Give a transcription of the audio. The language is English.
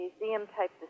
museum-type